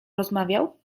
rozmawiał